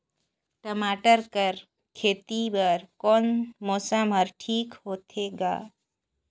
टमाटर कर खेती बर कोन मौसम हर ठीक होथे ग?